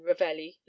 ravelli